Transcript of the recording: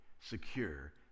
secure